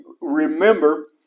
remember